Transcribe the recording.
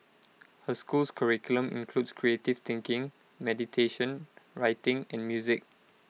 her school's curriculum includes creative thinking meditation writing and music